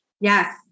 Yes